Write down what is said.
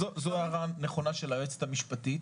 זו הערה נכונה של היועצת המשפטית,